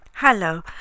Hello